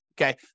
okay